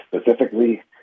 specifically